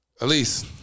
Elise